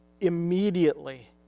immediately